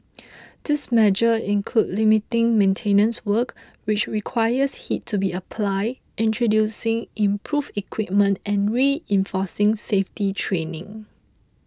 this measure include limiting maintenance work which requires heat to be applied introducing improved equipment and reinforcing safety training